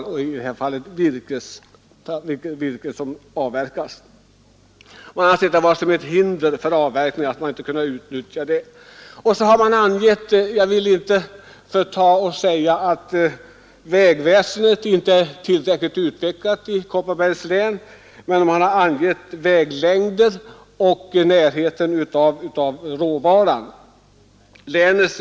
Detta är enligt motionärerna ett väsentligt problem i sammanhanget; man ser det som ett hinder för avverkning att man inte i erforderlig utsträckning kan utnyttja vägnätet. Jag vill inte säga att vägväsendet inte är tillräckligt utbyggt i Kopparbergs län, men jag vill göra ett påpekande med anledning av att väglängder och närheten till råvaran har nämnts.